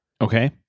Okay